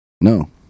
No